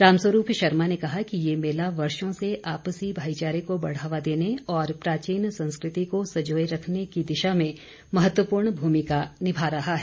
रामस्वरूप शर्मा ने कहा कि ये मेला वर्षो से आपसी भाईचारे को बढ़ावा देने और प्राचीन संस्कृति को संजोय रखने की दिशा में महत्वपूर्ण भूमिका निभा रहा है